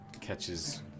catches